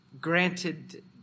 granted